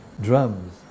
drums